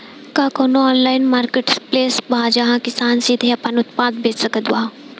का कउनों online marketplace बा जहां किसान सीधे आपन उत्पाद बेच सकत बा?